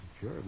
Sure